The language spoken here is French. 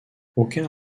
aucun